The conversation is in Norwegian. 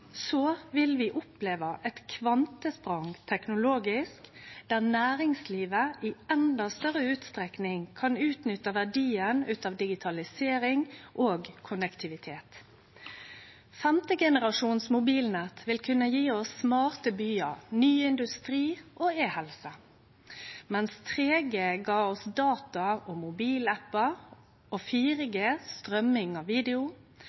vil vi oppleve eit kvantesprang teknologisk, der næringslivet i endå større utstrekning kan utnytte verdien av digitalisering og konnektivitet. Femte generasjon mobilnett vil kunne gje oss smarte byar, ny industri og e-helse. Medan 3G gav oss data og mobilappar og 4G strøyming av video,